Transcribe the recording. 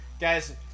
guys